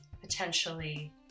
potentially